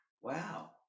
Wow